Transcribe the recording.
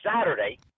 Saturday